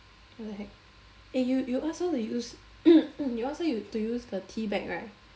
what the heck eh you you ask her to use you ask her to use the teabag right